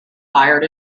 fired